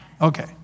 Okay